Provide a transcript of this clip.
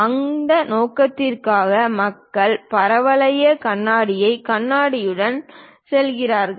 அந்த நோக்கத்திற்காக மக்கள் பரவளைய வகையான கண்ணாடியுடன் செல்கிறார்கள்